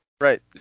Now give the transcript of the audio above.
Right